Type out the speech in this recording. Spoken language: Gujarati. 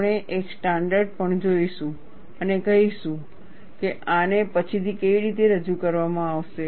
આપણે એક સ્ટાન્ડર્ડ પણ જોઈશું અને કહીશું કે આને પછીથી કેવી રીતે રજૂ કરવામાં આવશે